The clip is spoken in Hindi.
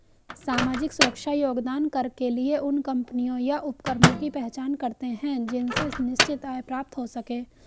सामाजिक सुरक्षा योगदान कर के लिए उन कम्पनियों या उपक्रमों की पहचान करते हैं जिनसे निश्चित आय प्राप्त हो सके